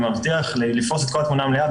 אני מבטיח לפרוס את כל התמונה המלאה,